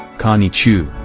connie chiu